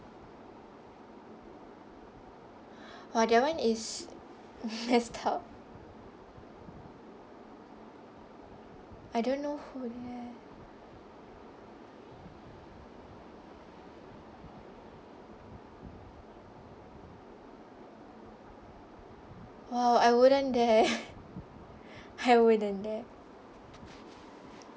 !wah! that [one] is messed up I don't know who dare !wah! I wouldn't dare I wouldn't dare